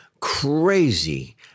crazy